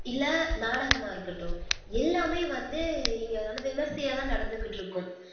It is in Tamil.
இல்லை நாடகமாக இருக்கட்டும் எல்லாமே வந்து இங்கே நல்லா விமரிசையா தான் நடந்துக்கிட்டு இருக்கும்